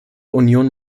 union